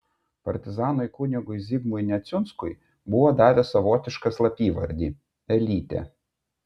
partizanai kunigui zigmui neciunskui buvo davę savotišką slapyvardį elytė